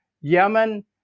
Yemen